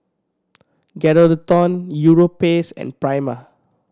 Geraldton Europace and Prima